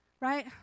right